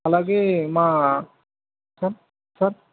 అలాగే మా sir sir